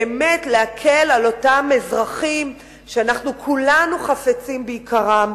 באמת להקל על אותם אזרחים שאנחנו כולנו חפצים ביקרם,